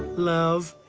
love,